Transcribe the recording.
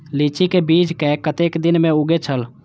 लीची के बीज कै कतेक दिन में उगे छल?